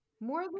More